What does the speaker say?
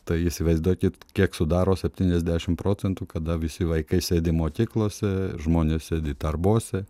tai įsivaizduokit kiek sudaro septyniasdešimt procentų kada visi vaikai sėdim mokyklose žmonės sėdi darbuose